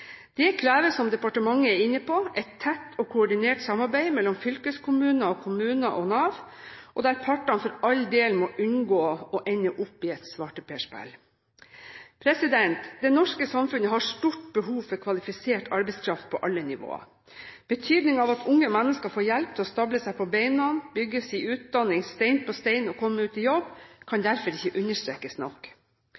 Det krever som departementet er inne på, et tett og koordinert samarbeid mellom fylkeskommuner, kommuner og Nav – og der partene for all del må unngå å ende opp i et svarteperspill. Det norske samfunnet har et stort behov for kvalifisert arbeidskraft på alle nivåer. Betydningen av at unge mennesker får hjelp til å stable seg på beina, bygge sin utdanning stein på stein og komme ut i jobb, kan